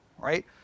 right